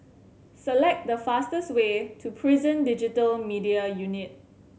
select the fastest way to Prison Digital Media Unit